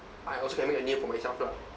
I also can make a name for myself lah